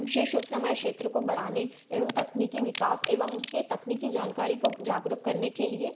विशेष रूप से हमारे क्षेत्रों को बढ़ाने एवं तकनीकी विकास एवं उसके तकनीकी जानकारी को जागरूक करने के लिए